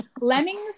Lemmings